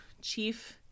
chief